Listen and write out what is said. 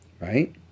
Right